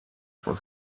for